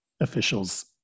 officials